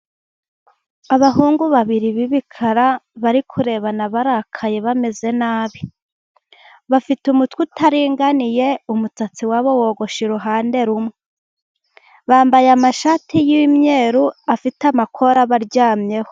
Abahungu babiri b'ibikara bari kurebana barakaye bameze nabi, bafite umutwe utaringaniye umusatsi wabo wogoshe uruhande rumwe. Bambaye amashati y'imyeru afite amakora abaryamyeho.